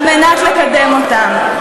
על מנת לקדם אותה.